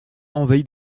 envahi